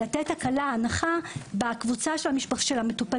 על מתן הנחה בקבוצה של בני המשפחה המבקרים